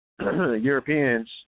Europeans